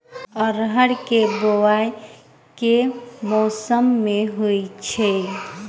अरहर केँ बोवायी केँ मौसम मे होइ छैय?